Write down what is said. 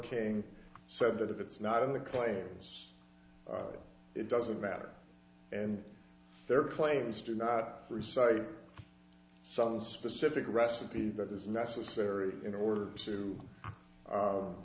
king said that if it's not in the claims it doesn't matter and their claims do not reciting sun specific recipe that is necessary in order to